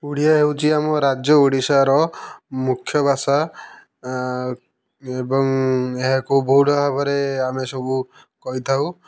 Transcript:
ଓଡ଼ିଆ ହେଉଛି ଆମ ରାଜ୍ୟ ଓଡ଼ିଶାର ମୁଖ୍ୟ ଭାଷା ଏବଂ ଏହାକୁ ବହୁଳ ଭାବରେ ଆମେ ସବୁ କହିଥାଉ